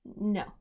No